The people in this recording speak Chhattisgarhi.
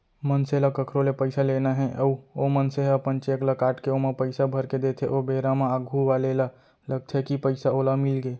मनसे ल कखरो ले पइसा लेना हे अउ ओ मनसे ह अपन चेक ल काटके ओमा पइसा भरके देथे ओ बेरा म आघू वाले ल लगथे कि पइसा ओला मिलगे